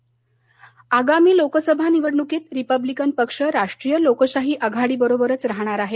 Republican आगामी लोकसभा निवडणुकीत Republican पक्ष राष्ट्रीय लोकशाही आघाडी बरोबरच राहणार आहे